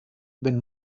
wenn